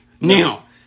Now